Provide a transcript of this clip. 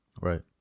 right